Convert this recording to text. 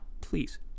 Please